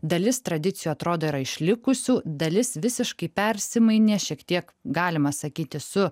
dalis tradicijų atrodo yra išlikusių dalis visiškai persimainė šiek tiek galima sakyti su